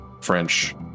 French